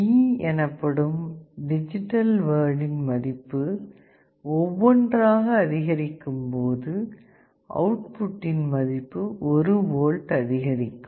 D எனப்படும் digital வேர்டின் மதிப்பு ஒவ்வொன்றாக அதிகரிக்கும்போது அவுட்புட்டின் மதிப்பு 1 வோல்ட் அதிகரிக்கும்